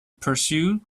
pursuit